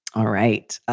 all right.